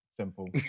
Simple